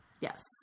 Yes